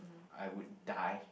I would die